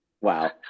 wow